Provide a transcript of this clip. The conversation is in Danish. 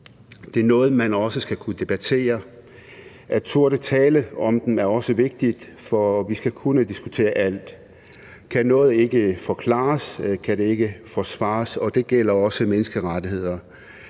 Det er noget, man også skal kunne debattere – at turde tale om dem er vigtigt, for vi skal kunne diskutere alt. Kan noget ikke forklares, kan det ikke forsvares, og det gælder også menneskerettigheder.